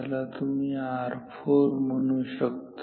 याला तुम्ही R4 म्हणू शकता